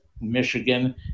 Michigan